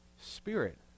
Spirit